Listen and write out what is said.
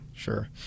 sure